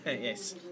yes